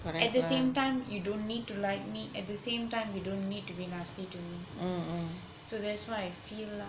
at the same time you don't need to like me at the same time you don't need to be nasty to me so that's what I feel lah